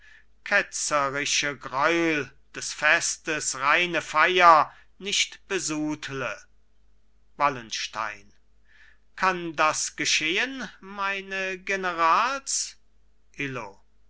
greul des festes reine feier nicht besudle wallenstein kann das geschehen meine